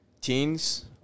teens